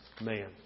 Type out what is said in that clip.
man